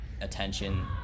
attention